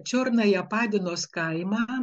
čiornaja padinos kaimą